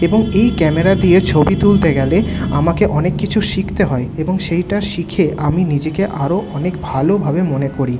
এবং এই ক্যামেরা দিয়ে ছবি তুলতে গেলে আমাকে অনেক কিছু শিখতে হয় এবং সেটা শিখে আমি নিজেকে আরো অনেক ভালো ভাবে মনে করি